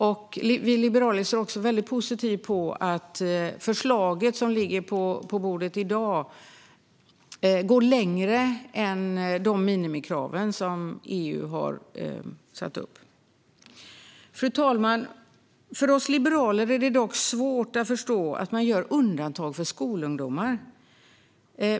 Vi liberaler ser också väldigt positivt på att det förslag som ligger på bordet i dag går längre än de minimikrav som EU har satt upp. Fru talman! För oss liberaler är det dock svårt att förstå att man gör undantag för skolungdomar.